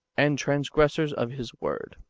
and transgressors of his word.